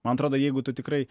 man atrodo jeigu tu tikrai